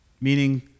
meaning